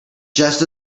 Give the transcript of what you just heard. just